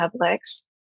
publics